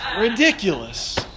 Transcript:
ridiculous